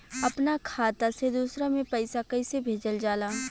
अपना खाता से दूसरा में पैसा कईसे भेजल जाला?